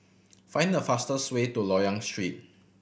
find the fastest way to Loyang Street